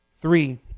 Three